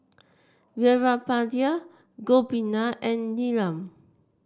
Veerapandiya Gopinath and Neelam